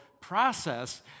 process